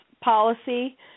policy